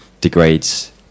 degrades